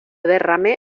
derramé